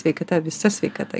sveikata visa sveikata